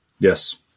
Yes